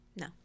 No